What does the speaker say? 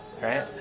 right